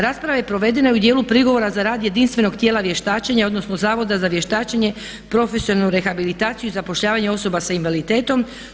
Rasprava je provedena u dijelu prigovora za rad jedinstvenog tijela vještačenja, odnosno Zavoda za vještačenje, profesionalnu rehabilitaciju i zapošljavanje osoba sa invaliditetom.